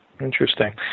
Interesting